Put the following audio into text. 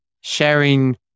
sharing